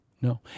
No